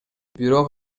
бирок